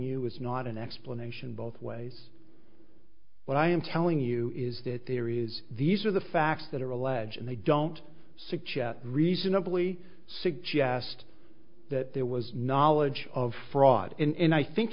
you is not an explanation both ways what i am telling you is that there is these are the facts that are alleged and they don't suggest reasonably suggest that there was knowledge of fraud in i think